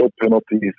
penalties